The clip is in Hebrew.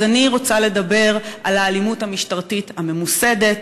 אני רוצה לדבר על האלימות המשטרתית הממוסדת,